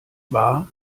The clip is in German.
war